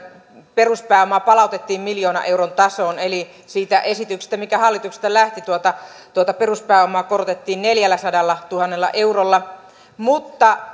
peruspääoma palautettiin miljoonan euron tasoon eli siitä esityksestä mikä hallituksesta lähti tuota tuota peruspääomaa korotettiin neljälläsadallatuhannella eurolla mutta